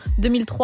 2003